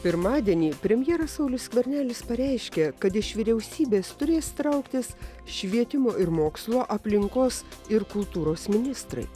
pirmadienį premjeras saulius skvernelis pareiškė kad iš vyriausybės turės trauktis švietimo ir mokslo aplinkos ir kultūros ministrai